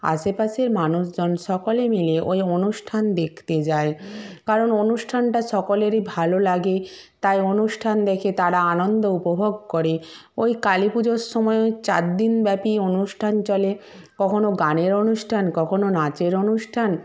আশেপাশের মানুষজন সকলে মিলে ওই অনুষ্ঠান দেখতে যায় কারণ অনুষ্ঠানটা সকলেরই ভালো লাগে তাই অনুষ্ঠান দেখে তারা আনন্দ উপভোগ করে ওই কালী পুজোর সময় ওই চারদিন ব্যাপী অনুষ্ঠান চলে কখনো গানের অনুষ্ঠান কখনো নাচের অনুষ্ঠান